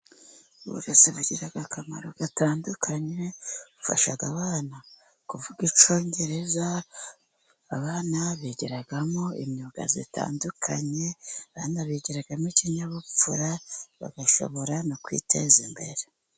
Uburezi bagira akamaro gatandukanye, bufasha abana kuvuga icyongereza, abana bigiramo imyuga itandukanye, abana bigiragamo ikinyabupfura, bagashobora no kwiteza imbere.